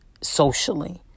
socially